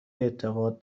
اعتقاد